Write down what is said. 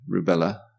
rubella